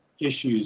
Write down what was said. issues